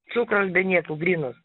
cukraus be nieko grynos